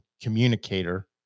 communicator